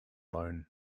loan